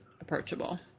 approachable